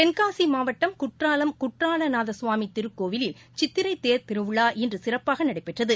தென்காசி மாவட்டம் குற்றாலம் குற்றால நாதசுவாமி திருக்கோவிலில் சித்திரை தேர் திருவிழா இன்று சிறப்பாக நடைபெற்றது